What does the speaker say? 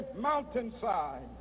mountainside